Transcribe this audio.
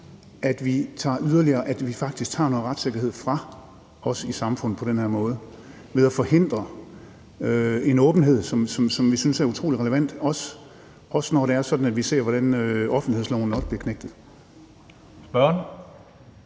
at vi er bange for, at vi faktisk tager noget retssikkerhed fra os i samfundet på den her måde ved at forhindre en åbenhed, som vi synes er utrolig relevant, også når det er sådan, at vi ser, hvordan offentlighedsloven også bliver knægtet. Kl.